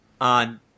on